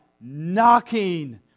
knocking